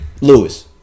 Lewis